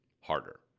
harder